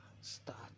start